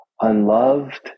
unloved